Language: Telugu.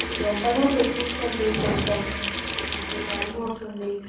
వెంటనే తెప్పించండి కొంచెం నాకు టైం అవుతుంది